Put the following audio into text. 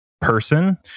person